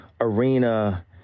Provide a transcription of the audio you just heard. arena